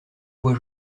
voix